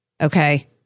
Okay